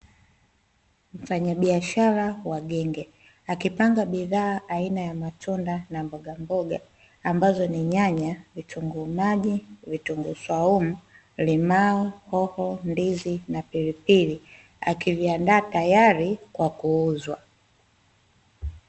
Mfanyabiashara wa genge akipanga bidhaa aina ya matunda na mbogamboga ambazo ni: nyanya, vitunguu maji, vitunguu swaumu, limao, hoho, ndizi na pilipili; akiviandaa tayari kwa kuuzwa.